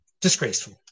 Disgraceful